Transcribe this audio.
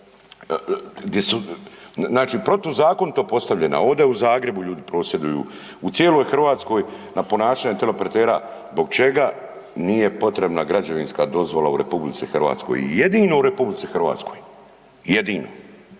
znači protuzakonito postavljena, ovdje u Zagrebu ljudi prosvjeduju u cijeloj Hrvatskoj na ponašanje teleoperatera. Zbog čega nije potrebna građevinska dozvola u RH i jedino u RH, jedino,